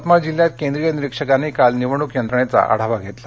यवतमाळ जिल्ह्यात केंद्रीय निरीक्षकांनी काल निवडणूक यंत्रणेचा आढावा घेतला